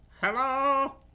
Hello